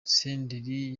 senderi